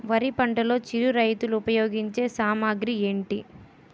వరి పంటలో చిరు రైతులు ఉపయోగించే సామాగ్రి ఏంటి?